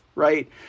right